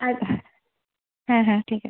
আচ্ছা হ্যাঁ হ্যাঁ ঠিক আছে